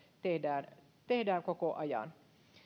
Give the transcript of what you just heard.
tehdään tehdään koko ajan